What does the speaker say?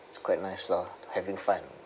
it's quite nice lah having fun